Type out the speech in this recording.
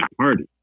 Party